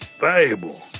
valuable